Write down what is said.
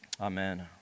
Amen